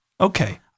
Okay